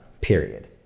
period